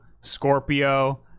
scorpio